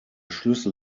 schlüssel